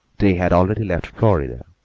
they had already left florida,